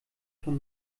von